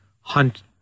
Hunt